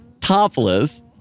topless